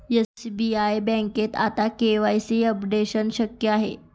SBI बँकेत आता KYC updation शक्य आहे